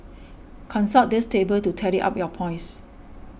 consult this table to tally up your points